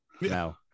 No